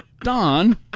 Don